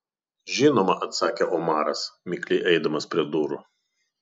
žinoma atsakė omaras mikliai eidamas prie durų